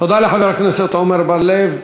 תודה לחבר הכנסת עמר בר-לב.